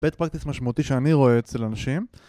bad practice משמעותי שאני רואה אצל אנשים